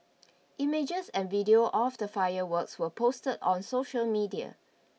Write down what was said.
images and video of the fireworks were posted on social media